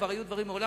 כבר היו דברים מעולם,